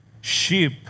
Sheep